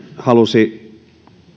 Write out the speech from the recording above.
halusi